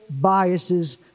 biases